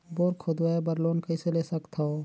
Bore खोदवाय बर loan कइसे ले सकथव?